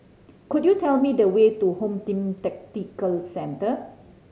could you tell me the way to Home Team Tactical Centre